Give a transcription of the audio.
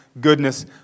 goodness